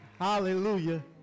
Hallelujah